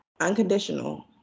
unconditional